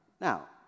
Now